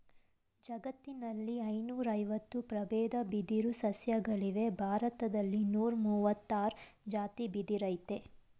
ಜಗತ್ತಿನಲ್ಲಿ ಐನೂರಐವತ್ತು ಪ್ರಬೇದ ಬಿದಿರು ಸಸ್ಯಗಳಿವೆ ಭಾರತ್ದಲ್ಲಿ ನೂರಮುವತ್ತಾರ್ ಜಾತಿ ಬಿದಿರಯ್ತೆ